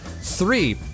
Three